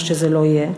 מה שזה לא יהיה.